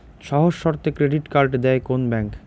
সহজ শর্তে credit card দেয় কোন ব্যাংক?